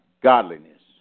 Godliness